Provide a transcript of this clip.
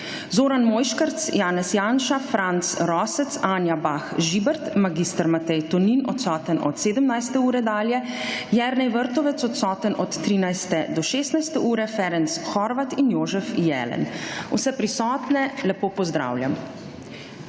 Zoran Mojškerc, Janez Janša, Franc Rosec, Anja Bah Žibert, mag. Matej Tonin od 17. ure dalje, Jernej Vrtovec od 13.00 do 16. ure, Ferenc Horváth in Jožef Jelen. Vse prisotne lepo pozdravljam!